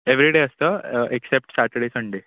everyday आसता except Saturday Sunday